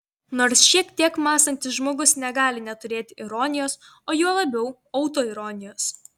nors šiek tiek mąstantis žmogus negali neturėti ironijos o juo labiau autoironijos